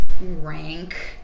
rank